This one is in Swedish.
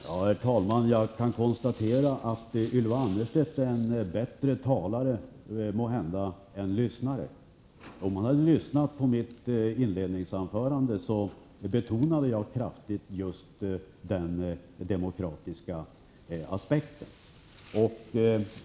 Herr talman! Jag kan konstatera att Ylva Annerstedt måhända är en bättre talare än lyssnare. Om hon hade lyssnat på mitt inledningsanförande hade hon vetat att jag kraftigt betonade den demokratiska aspekten.